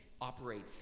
Operates